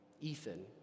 Ethan